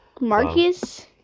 Marcus